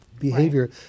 behavior